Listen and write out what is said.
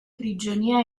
prigionia